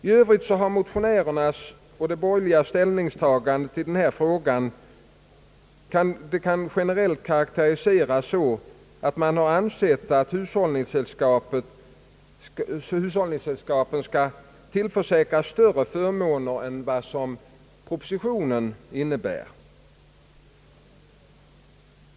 I övrigt kan motionärernas och de borgerligas ställningstagande i denna fråga generellt karakteriseras så, att man har ansett att hushållningssällskapen skall tillförsäkras större förmåner än vad propositionens förslag innebär.